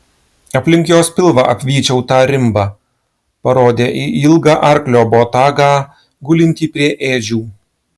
aplink jos pilvą apvyčiau tą rimbą parodė į ilgą arklio botagą gulintį prie ėdžių